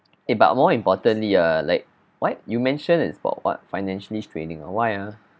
eh but more importantly ah like what you mentioned it's about what financially straining why ah